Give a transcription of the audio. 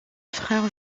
frère